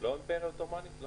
לא אימפריה עות'מנית?